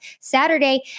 Saturday